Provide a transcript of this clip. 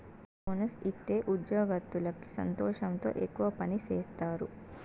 bonus ఇత్తే ఉద్యోగత్తులకి సంతోషంతో ఎక్కువ పని సేత్తారు